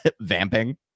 vamping